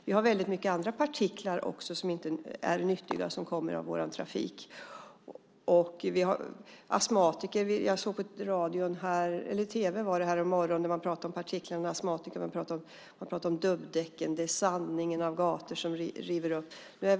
Vi har även stora mängder andra partiklar som kommer av vår trafik och som inte är nyttiga. Härommorgonen talade man i tv om partiklarna och astmatikerna. Dubbdäcken togs upp liksom sandningen av gator som river upp partiklar.